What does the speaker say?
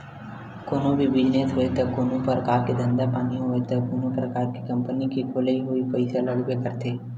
कोनो भी बिजनेस होय ते कोनो परकार के धंधा पानी होय ते कोनो परकार के कंपनी के खोलई होय पइसा लागबे करथे